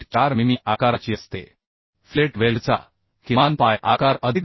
4 मिमी आकाराची असते फिलेट वेल्डचा किमान पाय आकार अधिक 2